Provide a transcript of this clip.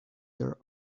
their